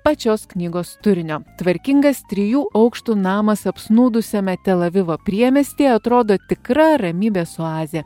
pačios knygos turinio tvarkingas trijų aukštų namas apsnūdusiame tel avivo priemiestyje atrodo tikra ramybės oazė